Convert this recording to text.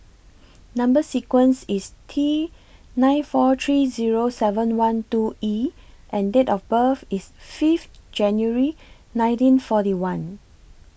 Number sequence IS T nine four three Zero seven one two E and Date of birth IS five January nineteen forty one